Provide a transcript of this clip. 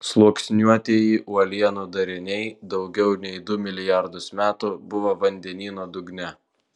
sluoksniuotieji uolienų dariniai daugiau nei du milijardus metų buvo vandenyno dugne